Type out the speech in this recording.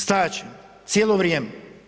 Stajat ćemo, cijelo vrijeme.